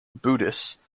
buddhists